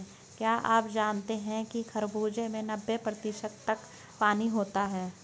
क्या आप जानते हैं कि खरबूजे में नब्बे प्रतिशत तक पानी होता है